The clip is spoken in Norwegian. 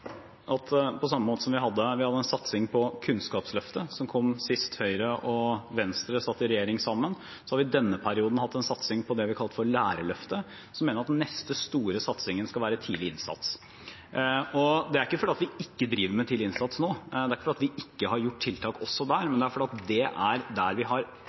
kom sist Høyre og Venstre satt i regjering sammen, har vi i denne perioden hatt en satsing på det vi kalte Lærerløftet. Så mener jeg at den neste store satsingen skal være tidlig innsats. Det er ikke fordi vi ikke driver med tidlig innsats nå, det er ikke fordi vi ikke har gjort tiltak også der, men fordi det er der vi